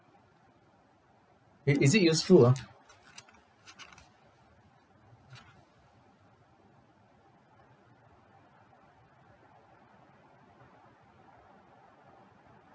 it is it useful ah